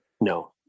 No